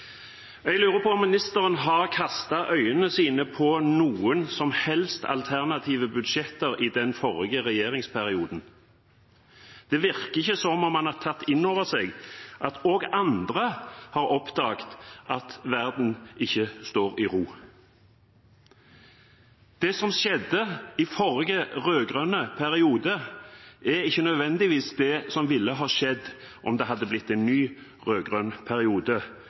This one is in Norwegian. virker ikke som om han har tatt inn over seg at også andre har oppdaget at verden ikke står i ro. Det som skjedde i forrige rød-grønne periode, er ikke nødvendigvis det som ville ha skjedd om det hadde blitt en ny rød-grønn periode,